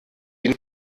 den